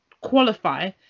qualify